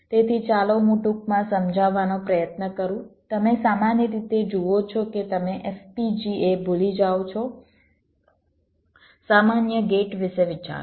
તેથી ચાલો હું ટૂંકમાં સમજાવવાનો પ્રયત્ન કરું તમે સામાન્ય રીતે જુઓ છો કે તમે FPGA ભૂલી જાઓ છો સામાન્ય ગેટ વિશે વિચારો